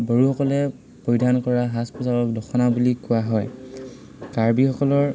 বড়োসকলে পৰিধান কৰা সাজ পোচাকক দখনা বুলি কোৱা হয় কাৰ্বিসকলৰ